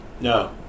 No